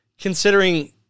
considering